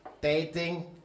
dating